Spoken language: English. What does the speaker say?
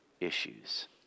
issues